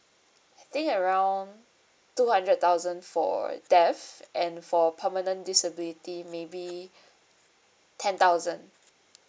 I think around two hundred thousand for death and for permanent disability maybe ten thousand